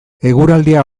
eguraldia